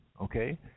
okay